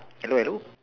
hello hello